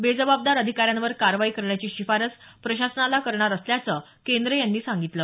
बेजवाबदार अधिकाऱ्यांवर कारवाई करण्याची शिफारस प्रशासनाला करणार असल्याचं केंद्रे यांनी सांगितलं